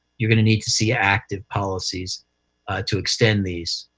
you're going to need to see activate policies to extend these.